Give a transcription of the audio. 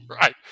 Right